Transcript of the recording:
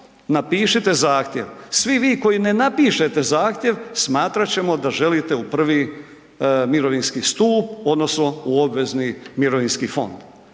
napišite zahtjev. Svi vi koji ne napišete zahtjev, smatrat ćemo da želite u I. mirovinski stup odnosno u obvezni mirovinski fond.